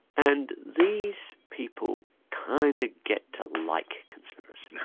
and these people kind of get to like conspiracy.